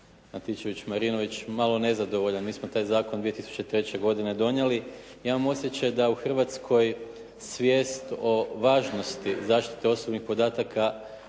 Antičević-Marinović malo nezadovoljan. Mi smo taj zakon 2003. godine donijeli. Imam osjećaj da u Hrvatskoj svijest o važnosti zaštite osobnih podataka